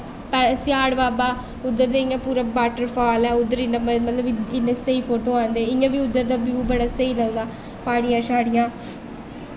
स्याढ़ बाबा उद्धर ते इन्ना वाटर फॉल ऐ उद्धर ते इन्ने स्हेई फोटो औंदे इ'यां बी उद्धर दे फोटो इन्ने स्हेई औंदे प्हाड़ियां शाह्ड़ियां